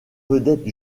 vedette